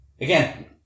again